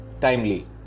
timely